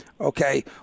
okay